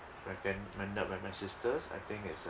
recommended by my sisters I think is uh